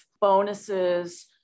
bonuses